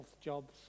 jobs